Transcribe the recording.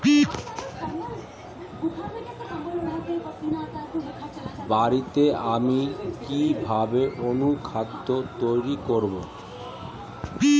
বাড়িতে আমি কিভাবে অনুখাদ্য তৈরি করব?